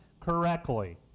correctly